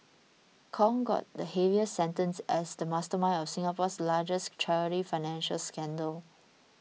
Kong got the heaviest sentence as the mastermind of Singapore's largest charity financial scandal